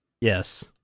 yes